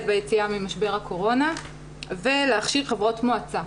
ביציאה ממשבר הקורונה ולהכשיר חברות מועצה,